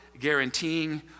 guaranteeing